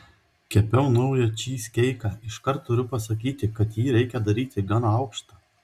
kepiau naują čyzkeiką iškart turiu pasakyti kad jį reikia daryti gan aukštą